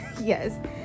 yes